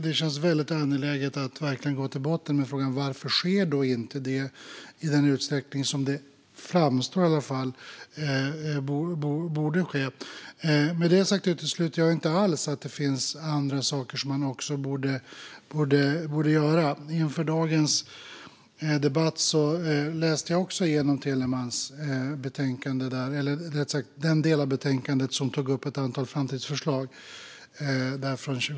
Det känns därför angeläget att verkligen gå till botten med frågan: Varför sker det inte i den utsträckning som det i alla fall framstår att det borde ske? Med det sagt utesluter jag inte alls att det finns andra saker man också borde göra. Inför dagens debatt läste jag också igenom Telemans betänkande från 2005, rättare sagt den del av betänkandet som tog upp ett antal framtidsförslag.